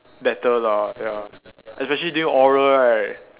better lah ya especially during oral right